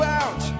out